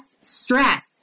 stress